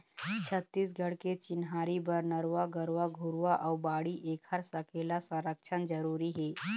छत्तीसगढ़ के चिन्हारी बर नरूवा, गरूवा, घुरूवा अउ बाड़ी ऐखर सकेला, संरक्छन जरुरी हे